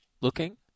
looking